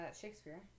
Shakespeare